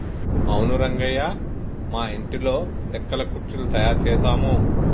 అవును రంగయ్య మా ఇంటిలో సెక్కల కుర్చీలు తయారు చేసాము